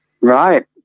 Right